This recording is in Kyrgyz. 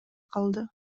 калды